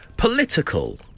Political